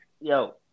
Yo